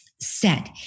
set